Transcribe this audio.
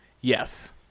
Yes